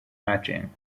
matching